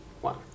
one